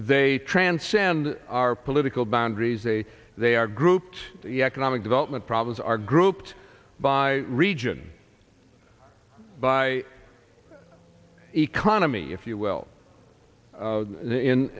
they transcend our political boundaries they they are grouped the economic development problems are grouped by region by economy if you will